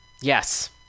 yes